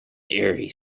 eerie